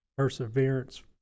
Perseverance